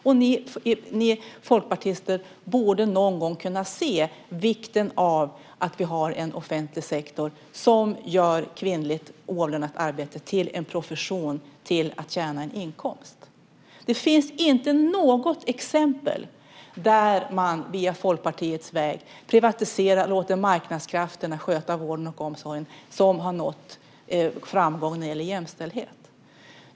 Och ni folkpartister borde någon gång kunna se vikten av att vi har en offentlig sektor som gör kvinnligt oavlönat arbete till en profession som ger en inkomst. Det finns inte något exempel på att man via Folkpartiets väg, att privatisera och låta marknadskrafterna sköta vården och omsorgen, har nått framgång när det gäller jämställdhet.